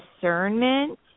discernment